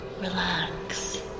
Relax